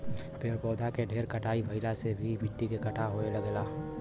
पेड़ पौधा के ढेर कटाई भइला से भी मिट्टी के कटाव होये लगेला